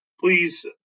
please